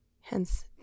Hence